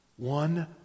One